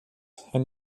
herr